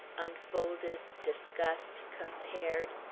unfolded, discussed, compared,